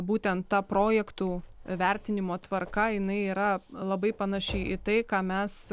būtent ta projektų vertinimo tvarką jinai yra labai panaši į tai ką mes